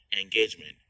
engagement